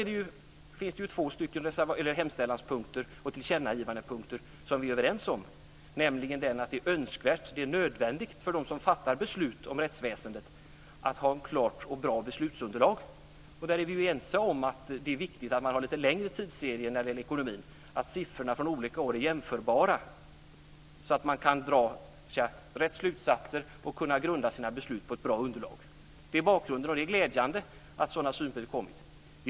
Det finns två hemställanspunkter och tillkännagivanden som vi är överens om. Det är önskvärt och nödvändigt för dem som fattar beslut om rättsväsendet att ha ett bra beslutsunderlag. Vi är ense om att det är viktigt att ha lite längre tidsserier när det gäller ekonomi och att siffrorna från olika år är jämförbara, så att man kan dra rätt slutsatser och grunda sina beslut på ett bra underlag. Det är bakgrunden, och det är glädjande att sådana synpunkter kommit fram.